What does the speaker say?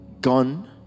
gone